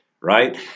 right